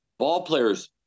ballplayers